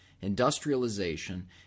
industrialization